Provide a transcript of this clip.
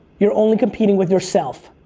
you're only competing with yourself.